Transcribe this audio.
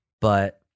But-